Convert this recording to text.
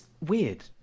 weird